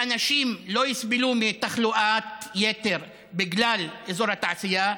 ואנשים לא יסבלו מתחלואת יתר בגלל אזור התעשייה.